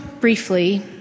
briefly